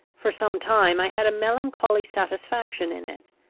for some time i had a melancholy satisfaction in it.